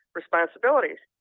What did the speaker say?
responsibilities